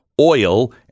oil